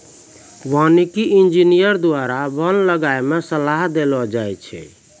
वानिकी इंजीनियर द्वारा वन लगाय मे सलाह देलो जाय छै